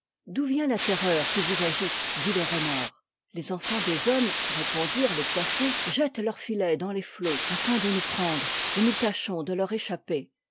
d'où vient la terreur qui vous agite dit le renard les enfants des hommes répondirent les pois sons jettent leurs filets dans les flots afin de nous prendre et nous tâchons de leur échapper